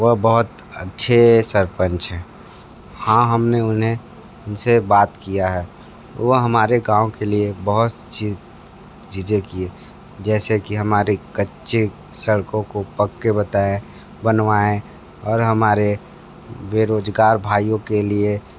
वह बहुत अच्छे सरपंच हैं हाँ हमने उन्हें उनसे बात किया है वह हमारे गाँव के लिए बहुत चीज़ें किये जैसे कि हमारे कच्चे सड़कों को पक्के बताए बनवाए और हमारे बेरोजगार भाइयों के लिए